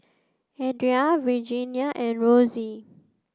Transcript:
Adria Virgia and Rosie